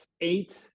eight